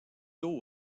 hauts